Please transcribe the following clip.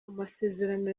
amasezerano